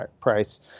price